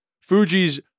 Fuji's